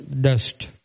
dust